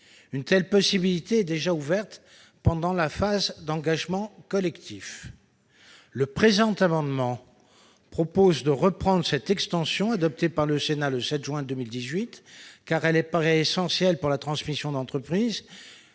Une telle possibilité est déjà ouverte pendant la phase d'engagement collectif. Le présent amendement a pour objet de reprendre cette extension, adoptée par le Sénat le 7 juin 2018, car il apparaît essentiel que la transmission d'entreprises